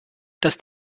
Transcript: dass